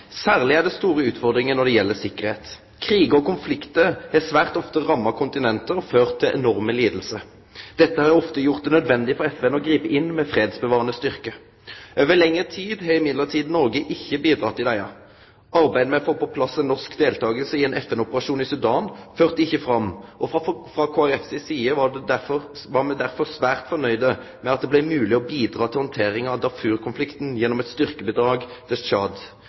Særleg er det store utfordringar når det gjeld tryggleik. Krigar og konfliktar har svært ofte ramma kontinentet og ført til enorme lidingar. Dette har ofte gjort det nødvendig for FN å gripe inn med fredsbevarande styrkar. Over lengre tid har likevel Noreg ikkje bidrege i desse. Arbeidet med å få på plass ei norsk deltaking i ein FN-operasjon i Sudan førte ikkje fram, og frå Kristeleg Folkeparti si side var me derfor svært nøgde med at det blei mogleg å bidra til handteringa av Darfur-konflikten gjennom eit styrkebidrag